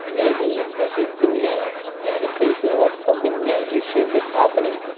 and i think that this is the main indicator of of the major shift that's happening.